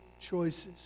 choices